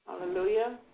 Hallelujah